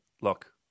Look